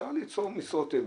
אפשר ליצור משרות אם.